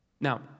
Now